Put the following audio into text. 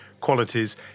qualities